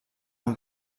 amb